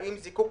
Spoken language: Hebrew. האם זיקוק